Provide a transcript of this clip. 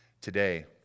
today